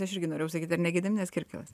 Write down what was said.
aš irgi norėjau sakyt ar ne gediminas kirkilas